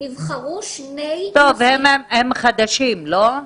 נבחרו שני --- הם חדשים, לא?